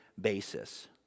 basis